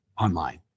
online